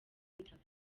interview